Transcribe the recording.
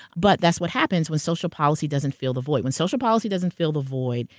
but that's what happens when social policy doesn't fill the void. when social policy doesn't fill the void,